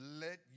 let